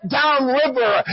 downriver